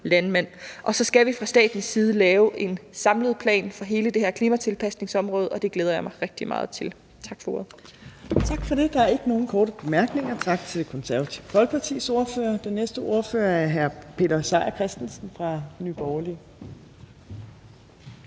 landmand. Og så skal vi fra statens side lave en samlet plan for hele det her klimatilpasningsområde, og det glæder jeg mig rigtig meget til. Tak for ordet. Kl. 14:36 Fjerde næstformand (Trine Torp): Der er ikke nogen korte bemærkninger. Tak til Det Konservative Folkepartis ordfører. Den næste ordfører er hr. Peter Seier Christensen fra Nye Borgerlige.